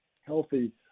healthy